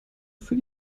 für